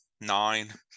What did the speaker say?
nine